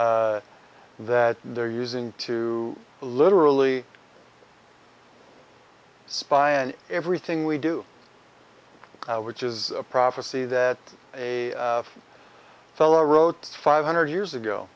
that they're using to literally spy and everything we do which is a prophecy that a fellow wrote five hundred years ago